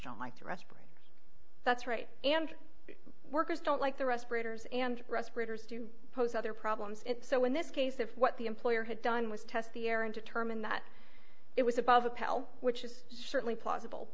don't like to respirators that's right and workers don't like the respirators and respirators do pose other problems so in this case if what the employer had done was test the air and determine that it was above a pal which is certainly possible